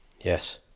Yes